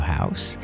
House